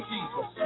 Jesus